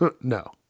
No